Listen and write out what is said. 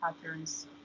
patterns